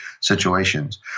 situations